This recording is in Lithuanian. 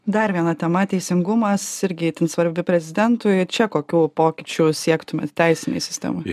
dar viena tema teisingumas irgi itin svarbi prezidentui čia kokių pokyčių siektumėt teisinėj sistemoj